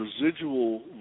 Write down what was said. residual